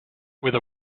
with